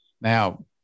Now